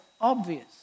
obvious